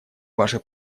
ваше